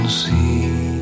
see